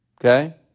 Okay